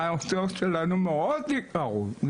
מה, ההוצאות שלנו מאוד יקרות.